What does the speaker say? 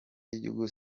y’igihugu